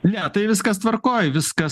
ne tai viskas tvarkoj viskas